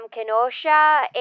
Kenosha